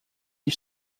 die